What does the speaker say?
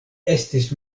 estis